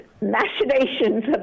machinations